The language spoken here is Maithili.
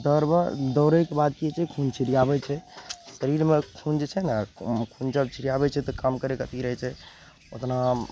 दौड़बह दौड़यके बाद कि होइ छै खून छिरयाबय छै शरीरमे खून जे छै ने खून जब छिरयाबय छै तऽ काम करयके अथी रहय छै ओतना